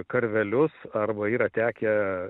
karvelius arba yra tekę